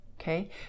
Okay